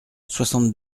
soixante